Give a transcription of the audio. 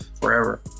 forever